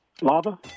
Lava